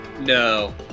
No